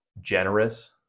generous